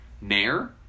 Nair